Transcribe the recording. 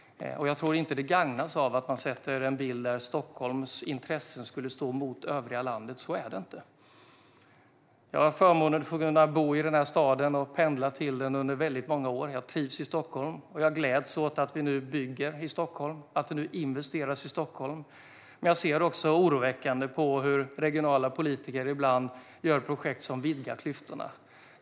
Det gagnas inte av att man utmålar en bild av att Stockholms intressen skulle stå mot övriga landets intressen. Så är det inte. Jag har haft förmånen att bo i den här staden och pendla till den under väldigt många år. Jag trivs i Stockholm, och jag gläds åt att det nu byggs i Stockholm, att det investeras i Stockholm. Men jag ser också med oro på hur regionala politiker ibland genomför projekt som vidgar klyftorna.